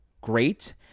great